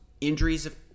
injuries